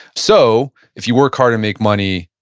so if you work hard and make money,